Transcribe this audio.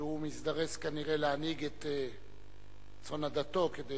שהוא מזדרז כנראה להנהיג את צאן עדתו כדי,